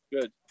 good